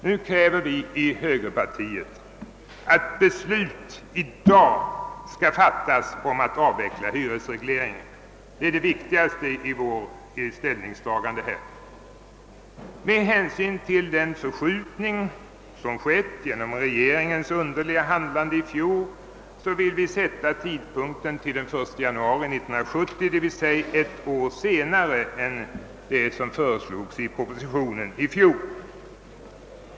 Nu kräver vi i högerpartiet att beslut i dag skall fattas om att avveckla hyresregleringen; det är det viktigaste i vårt ställningstagande. Med hänsyn till den förskjutning som skett genom regeringens underliga handlande i fjol vill vi sätta tidpunkten till den 1 januari 1970, d. v. s. ett år senare än som föreslogs i propositionen i fjol.